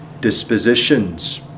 dispositions